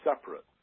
separate